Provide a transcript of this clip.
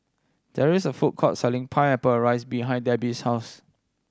there is a food court selling Pineapple Fried rice behind Debbie's house